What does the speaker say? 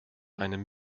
einem